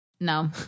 No